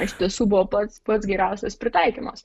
iš tiesų buvo pats pats geriausias pritaikymas